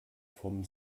vom